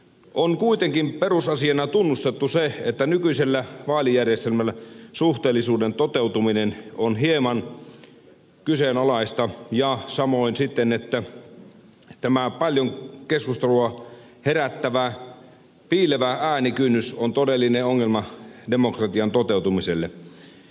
on kuitenkin perusasiana tunnustettu se että nykyisellä vaalijärjestelmällä suhteellisuuden toteutuminen on hieman kyseenalaista ja samoin tämä paljon keskustelua herättänyt piilevä äänikynnys on todellinen ongelma demokratian toteutumiselle